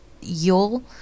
yule